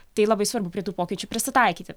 tai labai svarbu prie tų pokyčių prisitaikyti